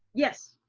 yes.